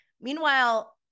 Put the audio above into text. Meanwhile